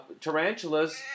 tarantulas